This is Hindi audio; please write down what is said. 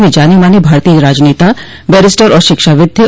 वे जाने माने भारतीय राजनेता बैरिस्टर आर शिक्षाविद् थे